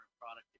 product